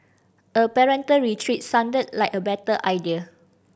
a parental retreat sounded like a better idea